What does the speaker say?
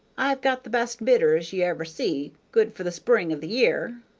i've got the best bitters ye ever see, good for the spring of the year.